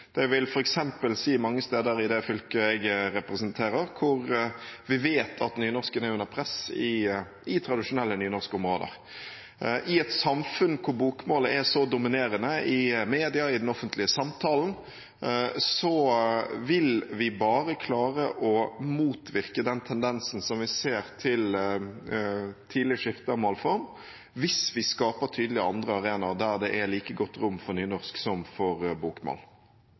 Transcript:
Det vil f.eks. si mange steder i det fylket jeg representerer, hvor vi vet at nynorsken er under press i tradisjonelle nynorskområder. I et samfunn hvor bokmål er så dominerende i media og i den offentlige samtalen, vil vi bare klare å motvirke tendensen vi ser til tidlig skifte av målform, hvis vi skaper andre, tydelige arenaer der det er like godt rom for nynorsk som for bokmål.